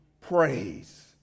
praise